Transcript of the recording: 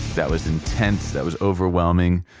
that was intense. that was overwhelming.